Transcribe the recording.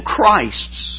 Christs